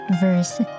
verse